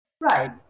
Right